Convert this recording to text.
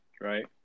right